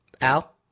Al